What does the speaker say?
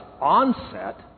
onset